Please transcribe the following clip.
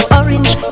orange